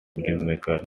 filmmaker